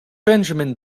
benjamin